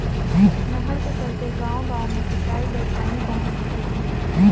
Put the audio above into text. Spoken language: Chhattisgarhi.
नहर के चलते गाँव गाँव मे सिंचई बर पानी पहुंचथे